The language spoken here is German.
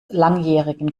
langjährigen